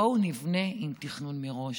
בואו נבנה עם תכנון מראש,